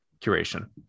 curation